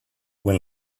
when